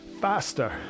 faster